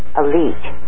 elite